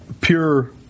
pure